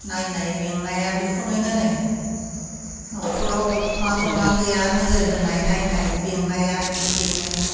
नायनाय बेंनाया बेखौनो होनो न'खराव मा दं मा गैया नोजोर होनाय नायनाय बेंनाया बेनो